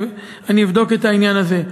אני אבדוק את העניין הזה.